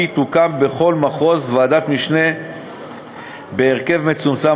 כי תוקם בכל מחוז ועדת משנה בהרכב מצומצם,